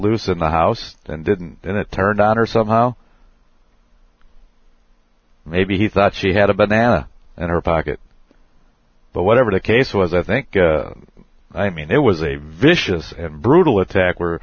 loose in the house and then it turned on or somehow maybe he thought she had a banana and her pocket but whatever the case was i think i mean it was a vicious brutal attack were